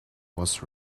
was